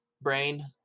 brain